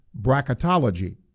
bracketology